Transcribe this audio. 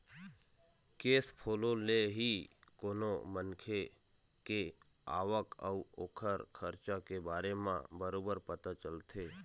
cash flow ले ही कोनो मनखे के आवक अउ ओखर खरचा के बारे म बरोबर पता चलथे